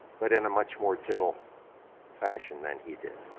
but in a much more gentle fashion than he did.